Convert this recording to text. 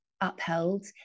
upheld